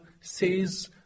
says